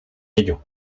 ello